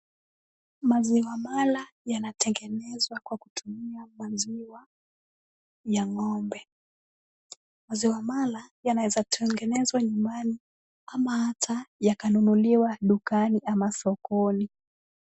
Maziwa mala yanatengenezwa kwa kutumia maziwa ya ng'ombe. Maziwa mala yanaweza tengenezwa nyumbani, ama hata yakanunuliwa dukani ama sokoni.